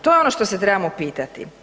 To je ono što se trebamo pitati.